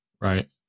right